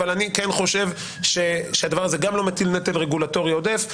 אבל אני כן חושב שהדבר הזה גם לא מטיל נטל רגולטורי עודף,